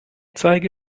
zeige